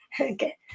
Okay